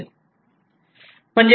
म्हणजे final force 0 असेल